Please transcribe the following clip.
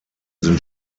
sind